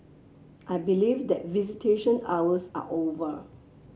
I believe that visitation hours are over